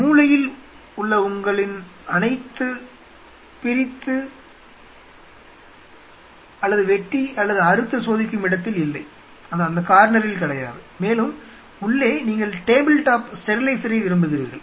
மூலையில் உள்ள உங்களின் அனைத்துப் பிரித்து அல்லது வெட்டி அல்லது அறுத்து சோதிக்கும் இடத்தில் இல்லை மேலும் உள்ளே நீங்கள் டேபிள் டாப் ஸ்டெரிலைசரை விரும்புகிறீர்கள்